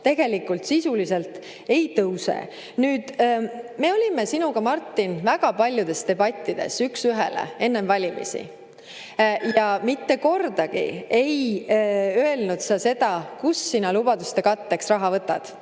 tegelikult sisuliselt ei tõuse. Me olime sinuga, Martin, väga paljudes debattides üks ühele enne valimisi. Mitte kordagi ei öelnud sa seda, kust sina lubaduste katteks raha võtad.